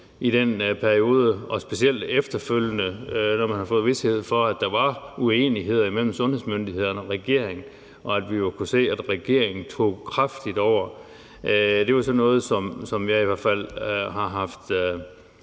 i den periode og specielt efterfølgende, efter at man havde fået vished for, at der var uenighed mellem sundhedsmyndighederne og regeringen, og vi kunne se, at regeringen tog kraftigt over, var, at man på den måde overrulede